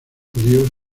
judíos